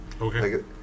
Okay